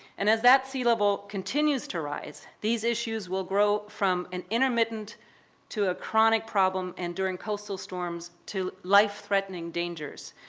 and as that sea level continues to rise, these issues will grow from an intermittent to a chronic problem and during coastal storms to life-threatening dangers.